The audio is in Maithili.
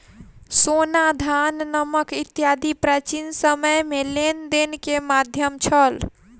सोना, धान, नमक इत्यादि प्राचीन समय में लेन देन के माध्यम छल